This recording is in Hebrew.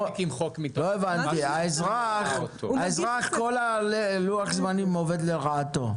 האזרח, כל לוח הזמנים עובד לרעתו.